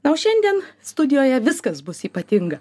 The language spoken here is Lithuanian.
na o šiandien studijoje viskas bus ypatinga